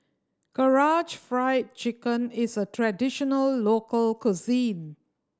Karaage Fried Chicken is a traditional local cuisine